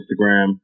Instagram